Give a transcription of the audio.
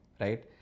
right